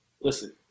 Listen